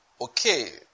Okay